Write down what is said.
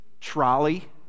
Trolley